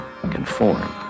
Conform